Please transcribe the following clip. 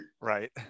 right